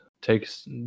takes